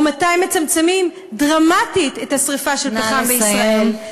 או מתי מצמצמים דרמטית את השרפה של פחם בישראל.